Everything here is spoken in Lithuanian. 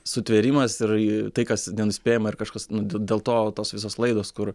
sutvėrimas ir tai kas nenuspėjama ar kažkas nu dėl to tos visos laidos kur